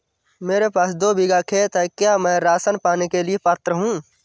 मेरे पास दो बीघा खेत है क्या मैं राशन पाने के लिए पात्र हूँ?